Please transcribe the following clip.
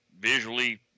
visually